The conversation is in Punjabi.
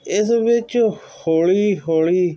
ਇਸ ਵਿੱਚ ਹੌਲੀ ਹੌਲੀ